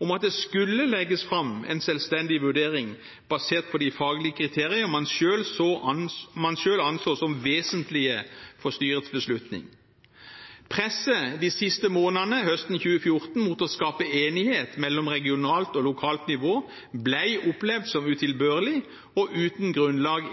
om at det skulle legges fram en selvstendig vurdering basert på de faglige kriteriene man selv anså som vesentlige for styrets beslutning. Presset de siste månedene høsten 2014 mot å skape enighet mellom regionalt og lokalt nivå ble opplevd som utilbørlig og uten grunnlag